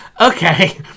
okay